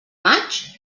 maig